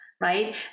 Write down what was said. right